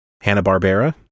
Hanna-Barbera